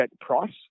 price